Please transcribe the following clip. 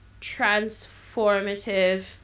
transformative